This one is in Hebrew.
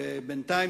ובינתיים